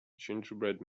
gingerbread